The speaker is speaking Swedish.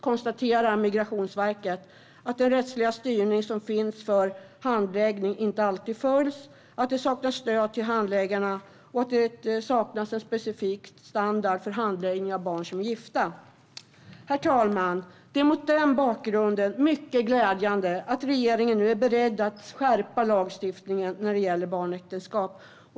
konstaterar Migrationsverket att den rättsliga styrning som finns för handläggning inte alltid följs, att det saknas stöd till handläggarna och att det saknas en specifik standard för handläggning av barn som är gifta. Herr talman! Det är mot den bakgrunden mycket glädjande att regeringen nu är beredd att skärpa lagstiftningen när det gäller barnäktenskap.